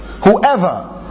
Whoever